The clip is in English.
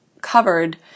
covered